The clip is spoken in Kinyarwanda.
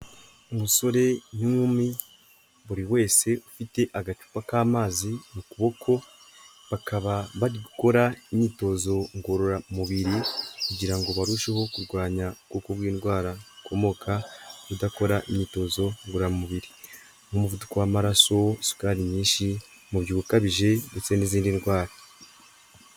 Umusore n'inkumi, buri wese ufite agacupa k'amazi mu kuboko, bakaba bari bakora imyitozo ngororamubiri kugira ngo barusheho kurwanya ubwoko bw'indwara bukomoka kudakora imyitozo ngororamubiri nk'umuvuduko w'amaraso, isukari nyinshi, umubyuho ukabije ndetse n'izindi ndwara.